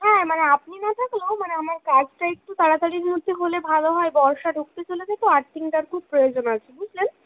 হ্যাঁ মানে আপনি না থাকলেও মানে আমার কাজটা একটু তাড়াতাড়ি মধ্যে হলে হলে ভালো হয় বর্ষা ঢুকতে চলেছে তো আর্থিংটার খুব প্রয়োজন আছে বুঝলেন